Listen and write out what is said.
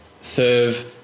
serve